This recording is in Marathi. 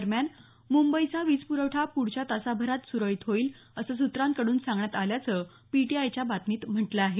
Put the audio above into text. दरम्यान मुंबईचा वीजपुरवठा पुढच्या तासाभरात सुरळीत होईल असं सूत्रांकडून सांगण्यात आल्याचं पीटीआयच्या बातमीत म्हटलं आहे